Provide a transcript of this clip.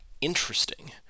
interesting